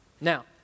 Now